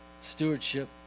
Stewardship